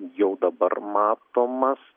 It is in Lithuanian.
jau dabar matomas